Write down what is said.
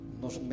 nos